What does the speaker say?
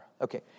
Okay